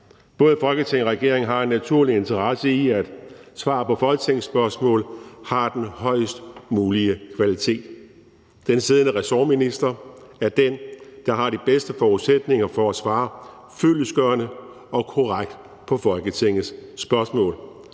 Både Folketinget og regeringen har en naturlig interesse i, at svar på folketingsspørgsmål har den højest mulige kvalitet. Den siddende ressortminister er den, der har de bedste forudsætninger for at svare fyldestgørende og korrekt på Folketingets spørgsmål,